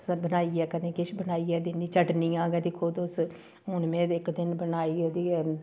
बनाइयै कदें किश बनाइयै दिन्नी चटनियां गै दिक्खो तुस हून में इक दिन बनाई ओह्दी